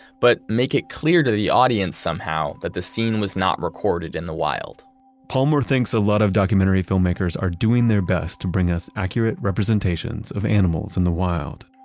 but make it clear to the audience somehow that the scene was not recorded in the wild palmer thinks a lot of documentary filmmakers are doing their best to bring us accurate representations of animals in the wild,